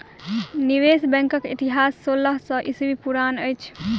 निवेश बैंकक इतिहास सोलह सौ ईस्वी पुरान अछि